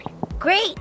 Great